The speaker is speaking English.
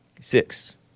Six